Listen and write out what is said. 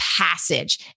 passage